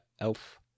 Elf